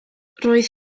roedd